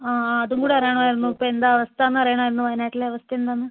ആ അതും കൂടി അറിയണമായിരുന്നു ഇപ്പോൾ എന്താ അവസ്ഥയെന്ന് അറിയണമായിരുന്നു വായനാട്ടിലെ അവസ്ഥ എന്താണെന്ന്